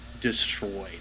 destroyed